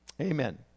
Amen